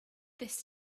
this